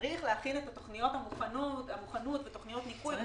צריך להכין את תוכניות המוכנות ותוכניות הניקוי,